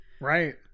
Right